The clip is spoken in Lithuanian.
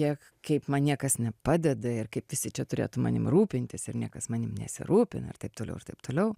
kiek kaip man niekas nepadeda ir kaip visi čia turėtų manim rūpintis ir niekas manim nesirūpina ir taip toliau ir taip toliau